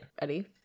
ready